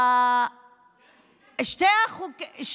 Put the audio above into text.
מתיישבים, מתיישבים.